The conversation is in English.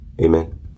amen